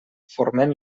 forment